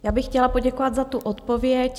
Já bych chtěla poděkovat za tu odpověď.